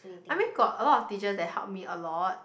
I mean got a lot of teachers that help me a lot